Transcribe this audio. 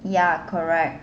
ya correct